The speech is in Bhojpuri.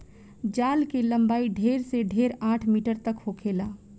जाल के लम्बाई ढेर से ढेर आठ मीटर तक होखेला